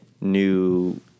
new